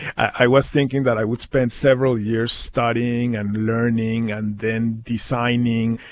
i was thinking that i would spend several years studying and learning and then designing.